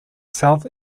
south